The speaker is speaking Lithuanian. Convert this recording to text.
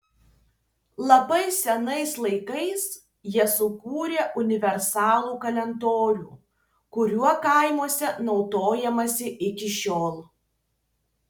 labai senais laikais jie sukūrė universalų kalendorių kuriuo kaimuose naudojamasi iki šiol